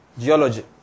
Geology